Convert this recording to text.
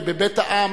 וב"בית העם",